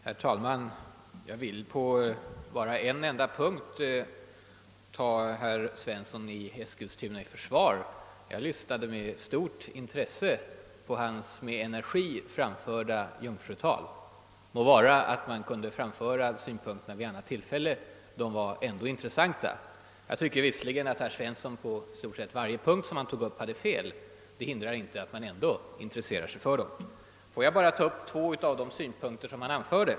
Herr talman! Jag vill på en enda punkt ta herr Svensson i Eskilstuna i försvar. Med stort intresse lyssnade jag på hans med energi framförda jungfrutal. Må vara att synpunkterna kunde ha framförts vid ett annat tillfälle. Och jag tycker visserligen att herr Svensson hade fel på i stort sett varje punkt. Men det hindrar inte att jag är intresserad av de frågor han diskuterade. Får jag ta upp två av de synpunkter som herr Svensson anförde.